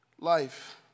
life